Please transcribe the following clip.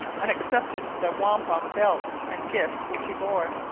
and accepted the wampum belts and gifts which he bore.